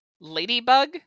Ladybug